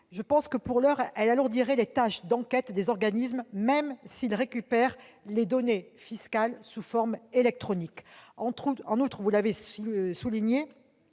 annuelle ; en l'état, elle alourdirait les tâches d'enquête des organismes, même s'ils récupèrent les données fiscales sous forme électronique. En outre, vous l'avez souligné,